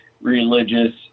religious